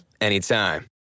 anytime